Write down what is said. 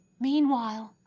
meanwhile,